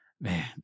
Man